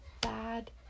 bad